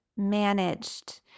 Managed